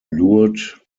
lured